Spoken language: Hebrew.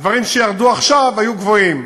הדברים שירדו עכשיו היו גבוהים,